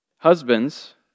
Husbands